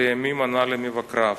לימים ענה למבקריו: